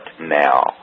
now